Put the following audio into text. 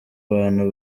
bantu